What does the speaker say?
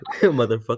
motherfucker